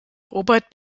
robert